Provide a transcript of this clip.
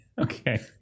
Okay